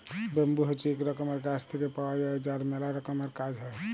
bamboo হছে ইক রকমের গাছ থেক্যে পাওয়া যায় যার ম্যালা রকমের কাজ হ্যয়